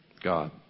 God